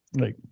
Right